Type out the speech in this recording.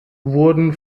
wurden